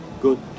good